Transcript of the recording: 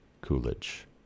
Coolidge